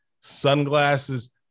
sunglasses